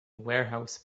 warehouse